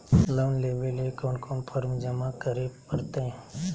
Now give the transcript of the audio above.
Loan लेवे ले कोन कोन फॉर्म जमा करे परते?